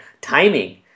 Timing